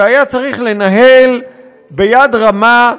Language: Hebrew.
שהיה צריך לנהל ביד רמה,